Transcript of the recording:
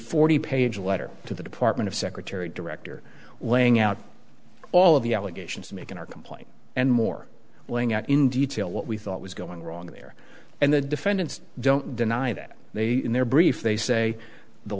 forty page letter to the department of secretary director laying out all of the allegations to make in our complaint and more laying out in detail what we thought was going wrong there and the defendants don't deny that they in their brief they say the